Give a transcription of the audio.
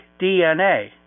DNA